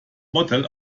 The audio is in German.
model